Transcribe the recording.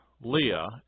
Leah